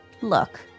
Look